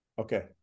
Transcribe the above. okay